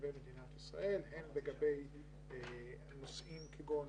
תושבי מדינת ישראל, הן לגבי נושאים כגון